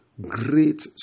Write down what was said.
great